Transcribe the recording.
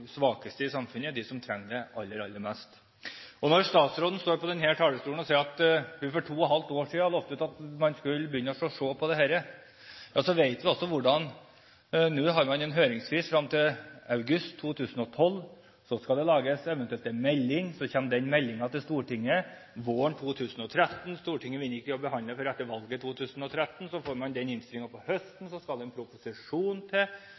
svakeste i samfunnet, de som trenger det aller, aller mest. Når statsråden står på denne talerstolen og sier at hun for to og et halvt år siden lovte at man skulle begynne å se på dette, vet vi hvordan det har gått. Man har en høringsfrist frem til august 2012, så skal det eventuelt lages en melding, så kommer den meldingen til Stortinget våren 2013, Stortinget vil ikke behandle denne før etter valget i 2013, så får man innstillingen til høsten, så skal det en proposisjon til,